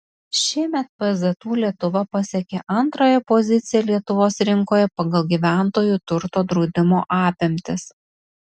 šiemet pzu lietuva pasiekė antrąją poziciją lietuvos rinkoje pagal gyventojų turto draudimo apimtis